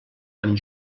amb